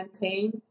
maintain